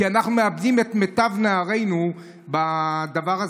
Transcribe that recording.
כי אנחנו מאבדים את מיטב נערינו בדבר הזה.